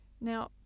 Now